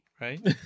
Right